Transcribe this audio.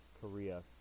Korea